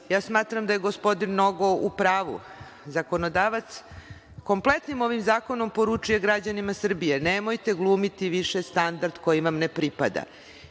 smatram da je gospodin Nogo u pravu. Zakonodavac kompletnim ovim zakonom poručuje građanima Srbije – nemojte glumiti više standard koji vam ne pripada.